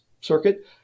circuit